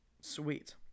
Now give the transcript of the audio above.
Sweet